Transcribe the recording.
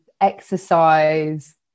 exercise